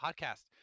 Podcast